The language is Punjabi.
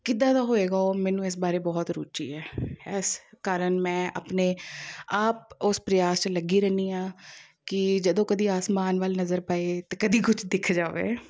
ਕਿੱਦਾਂ ਦਾ ਹੋਏਗਾ ਉਹ ਮੈਨੂੰ ਇਸ ਬਾਰੇ ਬਹੁਤ ਰੁਚੀ ਹੈ ਇਸ ਕਾਰਨ ਮੈਂ ਆਪਣੇ ਆਪ ਉਸ ਪਰਿਆਸ 'ਚ ਲੱਗੀ ਰਹਿੰਦੀ ਹਾਂ ਕਿ ਜਦੋਂ ਕਦੀ ਆਸਮਾਨ ਵੱਲ ਨਜ਼ਰ ਪਏ ਤਾਂ ਕਦੀ ਕੁਝ ਦਿਖ ਜਾਵੇ